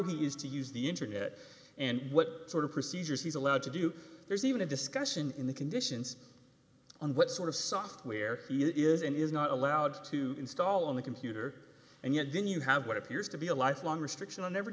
is to use the internet and what sort of procedures he's allowed to do there's even a discussion in the conditions on what sort of software it is and is not allowed to install on the computer and yet then you have what appears to be a lifelong restriction on never